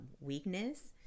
weakness